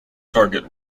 target